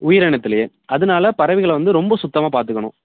உயிர் இனத்திலே அதனால் பறவைகளை வந்து ரொம்ப சுத்தமாக பார்த்துக்கணும்